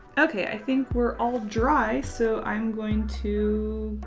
okay. i think we're all dry, so i'm going to.